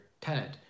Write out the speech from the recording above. tenant